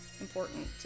important